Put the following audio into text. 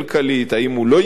האם הוא לא יעיל כלכלית,